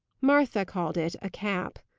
martha called it a cap.